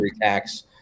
tax